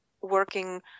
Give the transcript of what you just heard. working